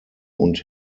und